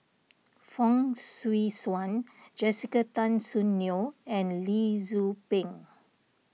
Fong Swee Suan Jessica Tan Soon Neo and Lee Tzu Pheng